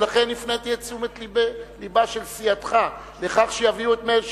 ולכן הפניתי את תשומת לבה של סיעתך לכך שיביאו את מאיר שטרית,